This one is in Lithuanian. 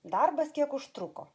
darbas kiek užtruko